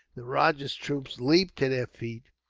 the rajah's troops leaped to their feet,